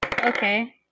Okay